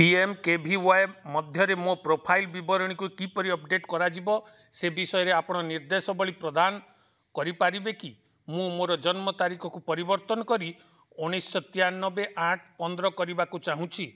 P M K V Y ମଧ୍ୟରେ ମୋ profile ବିବରଣୀକୁ କିପରି ଅପଡ଼େଟ୍ କରାଯିବ ସେ ବିଷୟରେ ଆପଣ ନିର୍ଦ୍ଦେଶବଳୀ ପ୍ରଦାନ କରିପାରିବେ କି ମୁଁ ମୋର ଜନ୍ମତାରିଖକୁ ପରିବର୍ତ୍ତନ କରି ଉଣେଇଶ ତେୟାନବେ ଆଠ ପନ୍ଦର କରିବାକୁ ଚାହୁଁଛି